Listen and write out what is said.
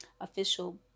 official